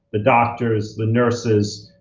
the doctors, the nurses,